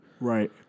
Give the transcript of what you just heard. Right